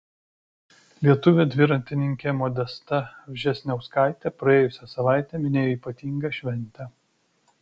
lietuvė dviratininkė modesta vžesniauskaitė praėjusią savaitę minėjo ypatingą šventę